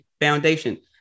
foundation